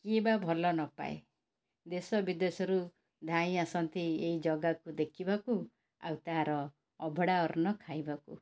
କିଏ ବା ଭଲ ନପାଏ ଦେଶ ବିଦେଶରୁ ଧାଇଁ ଆସନ୍ତି ଏଇ ଜଗାକୁ ଦେଖିବାକୁ ଆଉ ତାର ଅଭଢ଼ା ଅନ୍ନ ଖାଇବାକୁ